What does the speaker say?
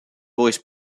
voice